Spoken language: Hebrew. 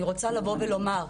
אני רוצה לבוא ולומר,